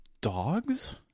dogs